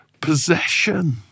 possession